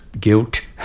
guilt